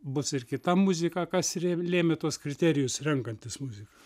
bus ir kita muzika kas rėm lėmė tuos kriterijus renkantis muziką